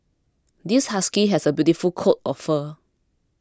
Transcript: this husky has a beautiful coat of fur